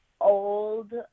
old